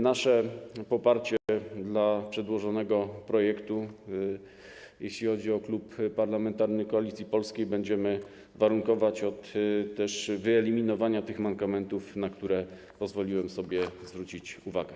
Nasze poparcie dla przedłożonego projektu, jeśli chodzi o klub parlamentarny Koalicji Polskiej, będzie zależeć też od wyeliminowania tych mankamentów, na które pozwoliłem sobie zwrócić uwagę.